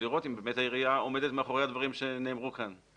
ולראות את העירייה עומדת מאחורי הדברים שנאמרו כאן.